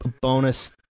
bonus